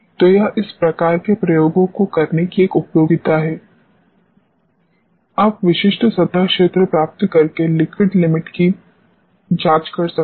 तो यह इस प्रकार के प्रयोगों को करने की एक उपयोगिता है आप विशिष्ट सतह क्षेत्र प्राप्त करके लिक्विड लिमिट की जांच कर सकते हैं